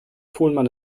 pohlmann